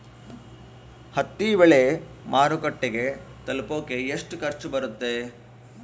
ಹತ್ತಿ ಬೆಳೆ ಮಾರುಕಟ್ಟೆಗೆ ತಲುಪಕೆ ಎಷ್ಟು ಖರ್ಚು ಬರುತ್ತೆ?